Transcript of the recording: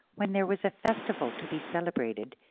when there was a festival to be celebrated,